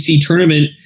tournament